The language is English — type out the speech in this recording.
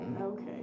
Okay